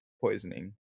poisoning